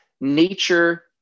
nature